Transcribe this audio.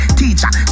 teacher